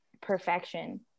perfection